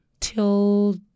till